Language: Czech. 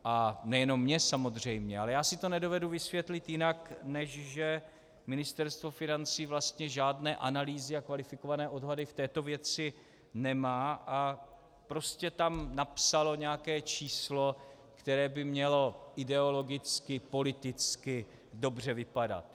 A nejenom mně samozřejmě, ale já si to nedovedu vysvětlit jinak, než že Ministerstvo financí žádné analýzy a kvalifikované odhady v této věci nemá a prostě tam napsalo nějaké číslo, které by mělo ideologicky politicky dobře vypadat.